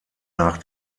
nach